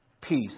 peace